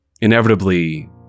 Inevitably